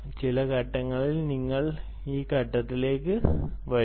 ചില ഘട്ടങ്ങളിൽ നിങ്ങൾ ഈ ഘട്ടത്തിലേക്ക് വരും